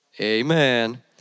Amen